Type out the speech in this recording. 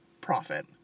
profit